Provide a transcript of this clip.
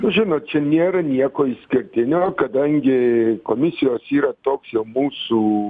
žinot čia nėra nieko išskirtinio kadangi komisijos yra toks jau mūsų